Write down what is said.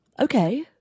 Okay